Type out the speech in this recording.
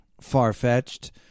far-fetched